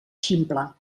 ximple